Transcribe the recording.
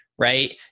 right